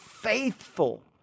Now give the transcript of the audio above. faithful